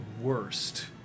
worst